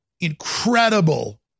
incredible